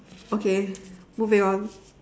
okay moving on